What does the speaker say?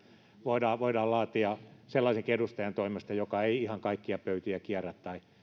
voidaan voidaan laatia sellaisenkin edustajan toimesta joka ei ihan kaikkia pöytiä kierrä tai